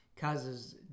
causes